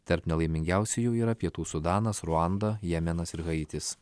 tarp nelaimingiausiųjų yra pietų sudanas ruanda jemenas ir haitis